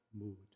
mood